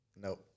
Nope